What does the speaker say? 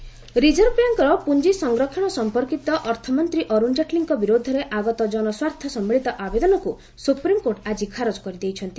SC Arun Jaitley reserve ବ୍ୟାଙ୍କର ପୁଞ୍ଜି ସଂରକ୍ଷଣ ସମ୍ପର୍କୀତ ଅର୍ଥମନ୍ତ୍ରୀ ଅରୁଣ ଜେଟଲୀଙ୍କ ବିରୁଦ୍ଧରେ ଆଗତ ଜନସ୍ୱାର୍ଥ ସମ୍ଭଳିତ ଆବେଦନକୁ ସୁପ୍ରିମକୋର୍ଟ ଆଜି ଖାରଜ କରିଦେଇଛନ୍ତି